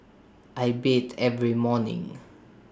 I bathe every morning